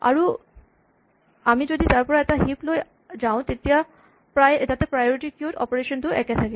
আৰু আমি যদি তাৰ পৰা এটা হিপ লৈ যাওঁ তেতিয়া যাতে প্ৰায়ৰিটী কিউ অপাৰেচন টো একে থাকে